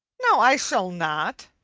no, i shall not,